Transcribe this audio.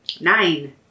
Nine